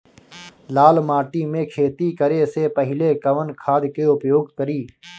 लाल माटी में खेती करे से पहिले कवन खाद के उपयोग करीं?